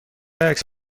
عکس